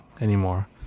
anymore